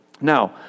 Now